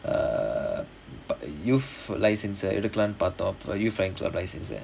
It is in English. err but youth license எடுக்கலானு பாத்தோம்:edukkalaanu paathom youth flying club license